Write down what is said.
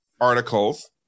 articles